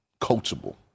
coachable